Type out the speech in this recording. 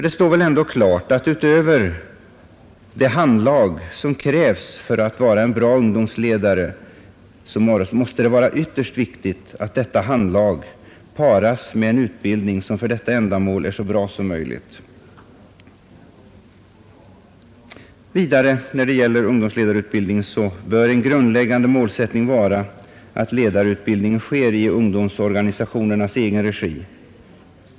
Det står väl ändå klart att utöver det handlag som krävs för att vara en bra ungdomsledare måste det vara ytterst viktigt att detta handlag kombineras med en utbildning som för detta ändamål är så lämplig som möjligt. När det gäller ungdomsledarutbildning bör en grundläggande målsättning vara att denna utbildning sker i ungdomsorganisationernas egen regi.